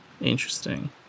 interesting